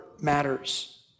matters